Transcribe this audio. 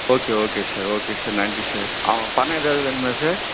okay okay sir okay sir நன்றி sir ஆ பணம் எதாவது வேணுமா சார்